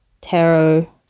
tarot